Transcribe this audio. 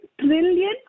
trillion